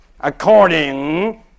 according